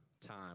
time